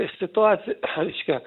situaci reiškia